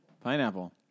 Pineapple